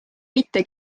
mitte